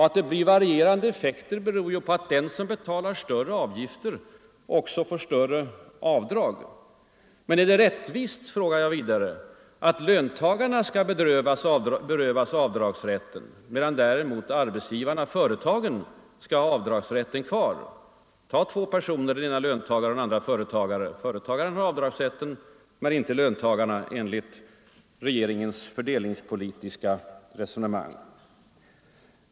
Att det blir varierande effekter beror på att den som betalar högre avgifter också får större avdrag. Och är det rättvist att löntagarna skall berövas avdragsrätten, medan däremot arbetsgivarna, företagen, skall ha avdragsrätten kvar? Tag två personer, den ene löntagare och den andre företagare! Företagaren har avdragsrätt men inte löntagaren enligt regeringens fördelningspolitiska resonemang.